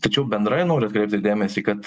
tačiau bendrai noriu atkreipti dėmesį kad